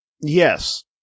Yes